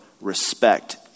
respect